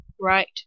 Right